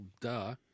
Duh